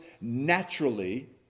naturally